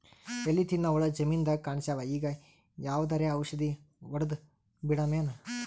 ಎಲಿ ತಿನ್ನ ಹುಳ ಜಮೀನದಾಗ ಕಾಣಸ್ಯಾವ, ಈಗ ಯಾವದರೆ ಔಷಧಿ ಹೋಡದಬಿಡಮೇನ?